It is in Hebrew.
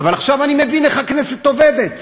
אבל עכשיו אני מבין איך הכנסת עובדת.